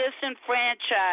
disenfranchised